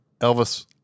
Elvis